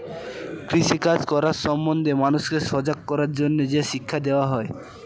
কৃষি কাজ সম্বন্ধে মানুষকে সজাগ করার জন্যে যে শিক্ষা দেওয়া হয়